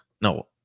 No